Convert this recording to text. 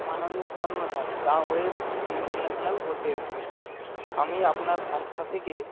মাননীয় কর্ণধার the web international hotel আমি আপনার সংস্থা থেকে